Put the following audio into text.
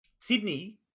Sydney